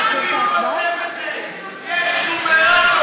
יש נומרטור, ואנחנו,